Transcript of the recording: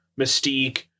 Mystique